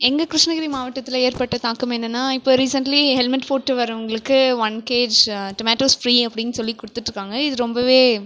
எங்கள் கிருஷ்ணகிரி மாவட்டத்தில் ஏற்பட்ட தாக்கம் என்னென்னா நான் இப்போ ரீசென்ட்லி ஹெல்மெட் போட்டு வரவங்களுக்கு ஒன் கேஜ் டொமேட்டோஸ் ஃப்ரீ அப்படின் சொல்லி கொடுத்துட்ருக்காங்க இது ரொம்பவே